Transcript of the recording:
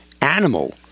animal